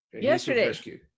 Yesterday